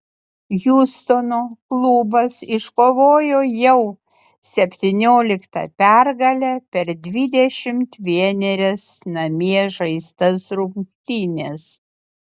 hjustono klubas iškovojo jau septynioliktą pergalę per dvidešimt vienerias namie žaistas rungtynes